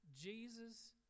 Jesus